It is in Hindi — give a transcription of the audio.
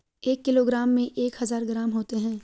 एक किलोग्राम में एक हजार ग्राम होते हैं